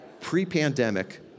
Pre-pandemic